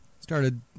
started